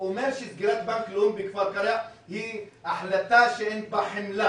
אומר שסגירת בנק לאומי בכפר קרע היא החלטה שאין בה חמלה,